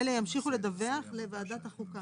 אלה ימשיכו לדווח לוועדת החוקה.